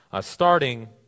starting